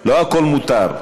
לא הכול מותר.